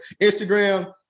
Instagram